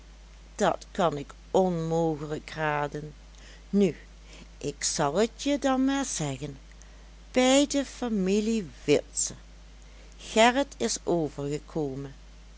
dat kan ik onmogelijk raden nu ik zal t je dan maar zeggen bij de familie witse gerrit is overgekomen